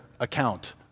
account